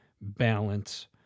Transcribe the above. balance